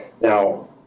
Now